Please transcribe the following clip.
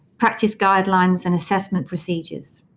practice guidelines and assessment procedures.